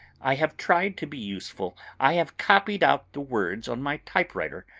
i have tried to be useful. i have copied out the words on my typewriter,